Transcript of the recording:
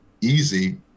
easy